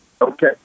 Okay